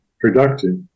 productive